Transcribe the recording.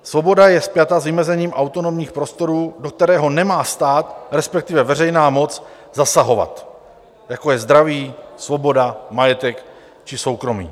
Svoboda je spjata s vymezením autonomních prostorů, do kterého nemá stát, respektive veřejná moc zasahovat, jako je zdraví, svoboda, majetek či soukromí.